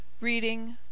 Reading